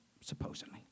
Supposedly